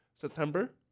September